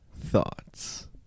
thoughts